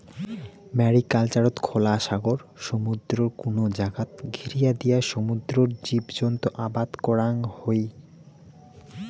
ম্যারিকালচারত খোলা সাগর, সমুদ্রর কুনো জাগাত ঘিরিয়া দিয়া সমুদ্রর জীবজন্তু আবাদ করাং হই